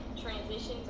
transitions